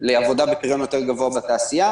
לעבודה בפריון יותר גבוה בתעשייה.